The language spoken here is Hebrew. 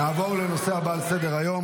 נעבור לנושא הבא על סדר-היום,